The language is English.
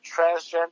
transgender